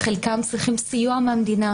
חלקם צריכים סיוע מהמדינה,